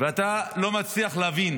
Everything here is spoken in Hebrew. ואתה לא מצליח להבין